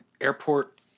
airport